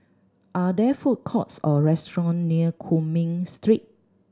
are there food courts or restaurant near Cumming Street